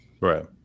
Right